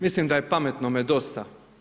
Mislim da je pametnome dosta.